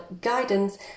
guidance